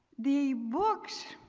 the books